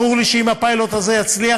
ברור לי שאם הפיילוט הזה יצליח,